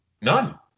None